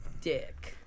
Dick